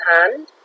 hand